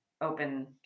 open